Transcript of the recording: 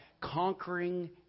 Conquering